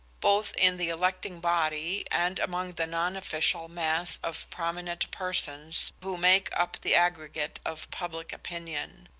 both in the electing body and among the non-official mass of prominent persons who make up the aggregate of public opinion.